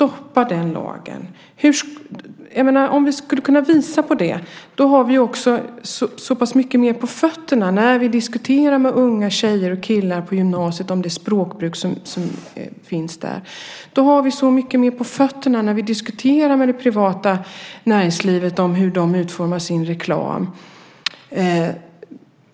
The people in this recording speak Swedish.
Om vi lyckas med det har vi mer på fötterna när vi diskuterar språkbruket på gymnasierna med unga tjejer och killar. Då har vi mer på fötterna när vi pratar med det privata näringslivet om hur de utformar reklam.